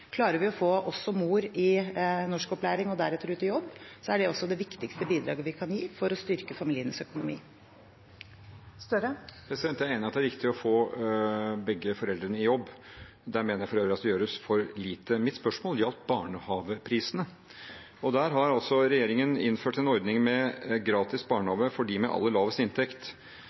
Klarer vi å få også mor i norskopplæring og deretter ut i jobb, er det det viktigste bidraget vi kan gi for å styrke familiens økonomi. Jeg er enig i at det er viktig å få begge foreldrene i jobb. Der mener jeg for øvrig at det gjøres for lite. Mitt spørsmål gjaldt barnehageprisene, og der har altså regjeringen innført en ordning med gratis barnehage for dem med aller lavest inntekt.